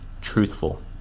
truthful